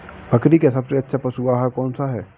बकरी का सबसे अच्छा पशु आहार कौन सा है?